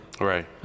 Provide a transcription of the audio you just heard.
Right